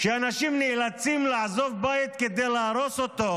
אנשים נאלצים לעזוב בית כדי להרוס אותו.